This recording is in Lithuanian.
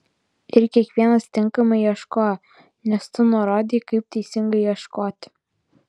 ir kiekvienas tinkamai ieškojo nes tu nurodei kaip teisingai ieškoti